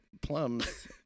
plums